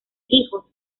hijos